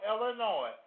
Illinois